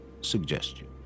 suggestion